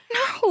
no